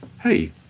hey